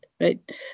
right